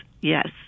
yes